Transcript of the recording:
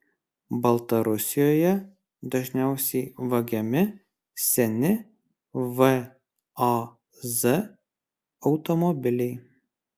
baltarusijoje dažniausiai vagiami seni vaz automobiliai